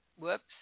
Whoops